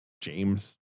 James